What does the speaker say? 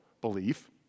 belief